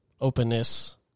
Openness